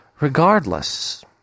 regardless